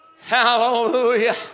Hallelujah